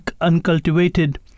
uncultivated